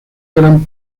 gran